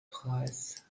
preis